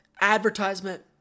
advertisement